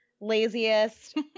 laziest